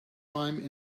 time